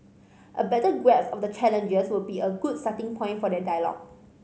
a better grasp of the challenges will be a good starting point for that dialogue